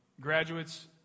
Graduates